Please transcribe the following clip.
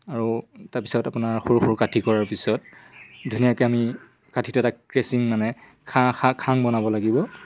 আৰু তাৰপিছত আপোনাৰ সৰু সৰু কাঠি কৰাৰ পিছত ধুনীয়াকে আমি কাঠিটো এটা ক্ৰেচিং মানে খা খা খাং বনাব লাগিব